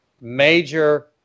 major